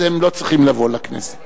אז הם לא צריכים לבוא לכנסת.